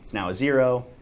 now a zero,